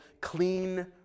clean